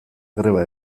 greba